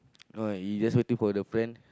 no he just waiting for the friend